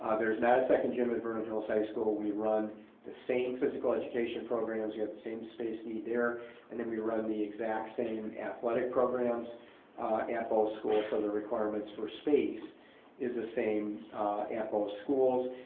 ah there's not a second gym at vernon hills high school. we run the same physical education programs, you have the same space need there and that we run the exact same athletic programs at both schools so the requirements for space is same at both schools.